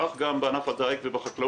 כך גם בענף הדיג ובחקלאות.